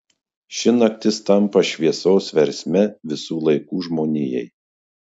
ši naktis tampa šviesos versme visų laikų žmonijai